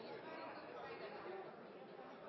Det vil det også bli gjort i denne